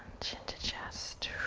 chin to chest.